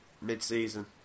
mid-season